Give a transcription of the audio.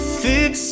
fix